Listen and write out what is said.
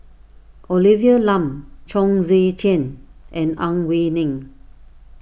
Olivia Lum Chong Tze Chien and Ang Wei Neng